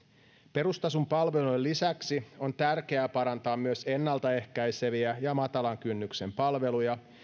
perustason palvelujen lisäksi on tärkeää parantaa myös ennalta ehkäiseviä ja matalan kynnyksen palveluja